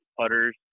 putters